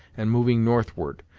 and moving northward.